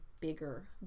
bigger